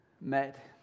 met